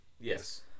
Yes